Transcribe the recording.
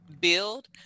Build